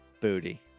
Booty